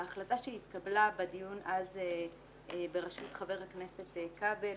ההחלטה שהתקבלה בדיון בראשות חבר הכנסת כבל,